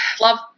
love